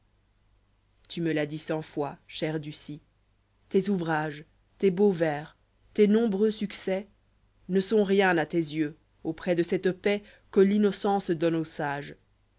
tu me l'as dit cent fois cher ducis tes ouvrages tes beaux vers les nombreux snecis i ivrk v jyt ïîe sont rien à te yeux auprès de cette p ix que l'innocence donne aux sages